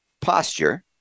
posture